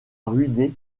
ruiné